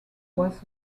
was